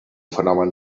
fenomen